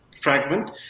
fragment